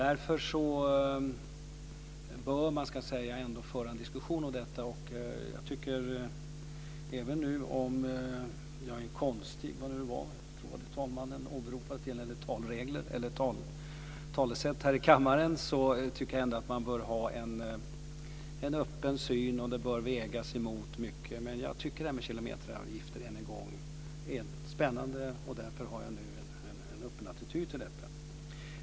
Därför bör man ändå föra en diskussion om detta. Även om jag är en konstig vad det nu var tycker jag ändå att man bör ha en öppen syn, och kilometeravgifter bör vägas mot mycket. Men jag vill än en gång säga att jag tycker att det är spännande och därför har jag nu en öppen attityd till detta.